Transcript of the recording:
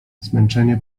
zmęczenie